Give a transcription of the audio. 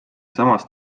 samas